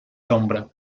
sombra